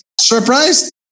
surprised